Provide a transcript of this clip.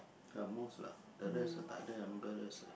at most lah the rest takde embarrass ah